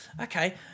Okay